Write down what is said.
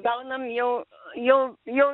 gaunam jau jau jau